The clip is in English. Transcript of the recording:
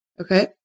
Okay